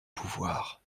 pouvoir